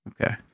Okay